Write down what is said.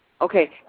Okay